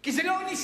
כי זה לא אנושי.